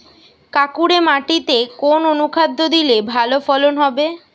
কাঁকুরে মাটিতে কোন অনুখাদ্য দিলে ভালো ফলন হবে?